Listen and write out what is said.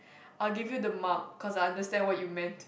I'll give you the mark cause I understand what you meant